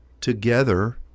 together